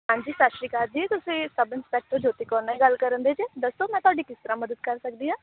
ਹਾਂਜੀ ਸਤਿ ਸ਼੍ਰੀ ਅਕਾਲ ਜੀ ਤੁਸੀਂ ਸਬ ਇੰਸਪੈਕਟਰ ਜੋਤੀ ਕੌਰ ਨਾਲ ਹੀ ਗੱਲ ਕਰਨ ਦੇ ਜੀ ਦੱਸੋ ਮੈਂ ਤੁਹਾਡੀ ਕਿਸ ਤਰ੍ਹਾਂ ਮਦਦ ਕਰ ਸਕਦੀ ਹਾਂ